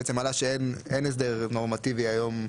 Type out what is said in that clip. בעצם עלה שאין הסדר נורמטיבי היום,